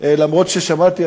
אף ששמעתי,